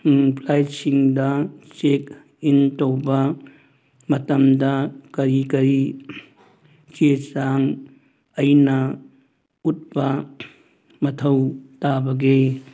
ꯐ꯭ꯂꯥꯏꯠꯁꯤꯡꯗ check in ꯇꯧꯕ ꯃꯇꯝꯗ ꯀꯔꯤ ꯀꯔꯤ ꯆꯦ ꯆꯥꯡ ꯑꯩꯅ ꯎꯠꯄ ꯃꯊꯧ ꯇꯥꯕꯒꯦ